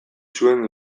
zuen